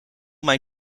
mijn